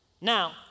Now